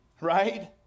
right